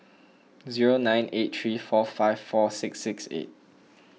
zero nine eight three four five four six six eight